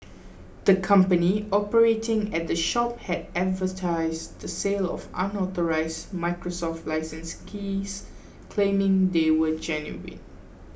the company operating at the shop had advertised the sale of unauthorised Microsoft licence keys claiming they were genuine